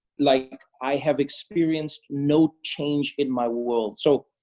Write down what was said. like, i have experienced no change in my world. so,